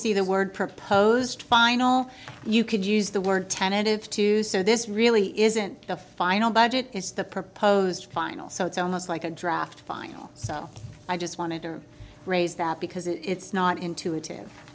see the word proposed final you could use the word tentative too so this really isn't the final budget is the proposed final so it's almost like a draft final so i just wanted to raise that because it's not intuitive